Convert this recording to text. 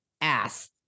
ass